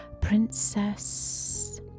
princess